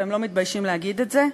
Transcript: והם לא מתביישים להגיד את זה.